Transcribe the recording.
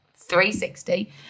360